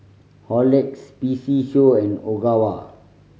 Horlicks P C Show and Ogawa